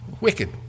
wicked